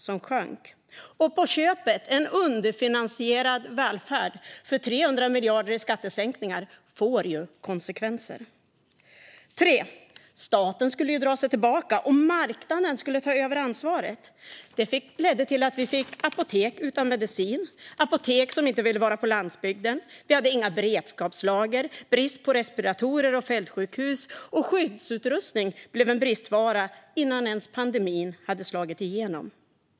På köpet blev det en underfinansierad välfärd; för 300 miljarder i skattesänkningar får ju konsekvenser. Staten skulle dra sig tillbaka, och marknaden skulle ta över ansvaret. Det ledde till att vi fick apotek utan medicin, inga apotek på landsbygden, inga beredskapslager och brist på respiratorer och fältsjukhus. Skyddsutrustning blev en bristvara innan pandemin ens hade slagit igenom.